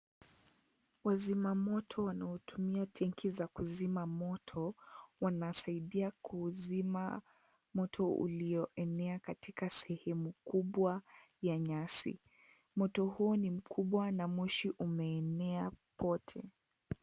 Wazima moto wanaotumia tanki za kuzima moto, wanasaidia kuuzima moto ulioenea katika sehemu kubwa ya nyasi. Moto huu, ni mkubwa na moshi umeenea pote.